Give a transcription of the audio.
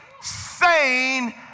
sane